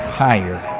higher